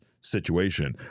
situation